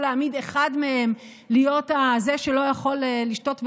להעמיד אחד מהם להיות זה שלא יכול לשתות ולבלות,